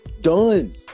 done